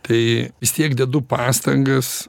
tai vis tiek dedu pastangas